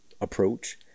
approach